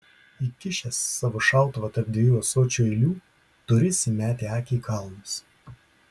įkišęs savo šautuvą tarp dviejų ąsočių eilių turisi metė akį į kalnus